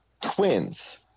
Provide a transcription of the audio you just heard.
Twins